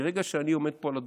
מרגע שאני עומד פה על הדוכן,